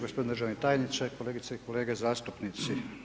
Gospodine državni tajniče, kolegice i kolege zastupnici.